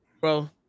bro